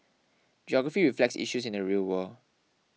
geography reflects issues in the real world